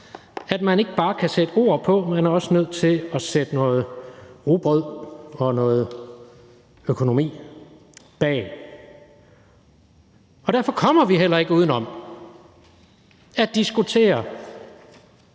at man ikke bare kan sætte ord på, for man er også nødt til at sætte noget rugbrød og noget økonomi bag. Hver gang vi har diskussioner